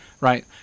Right